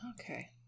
okay